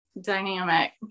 dynamic